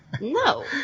No